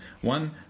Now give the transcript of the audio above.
One